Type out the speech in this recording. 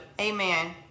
Amen